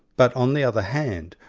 but on the other hand,